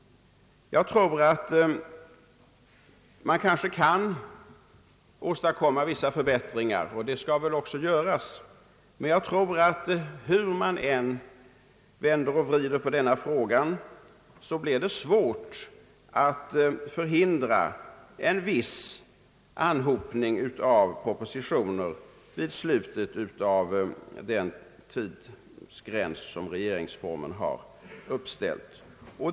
Jag tror att det är möjligt att åstadkomma vissa förbättringar, och det skall väl också ske. Men hur man än vänder och vrider på denna fråga blir det svårt att förhindra en viss anhopning av propositioner vid slutet av den tidsgräns som regeringsformen har fastställt.